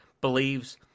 believes